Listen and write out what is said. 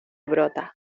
brota